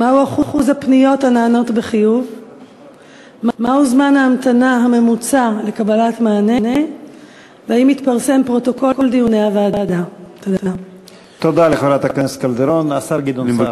2. מה הוא אחוז הפניות הנענות בחיוב?